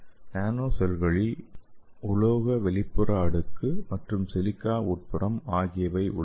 நானோஷெல்களில் உலோக வெளிப்புற அடுக்கு மற்றும் சிலிக்கா உட்புறம் ஆகியவை உள்ளன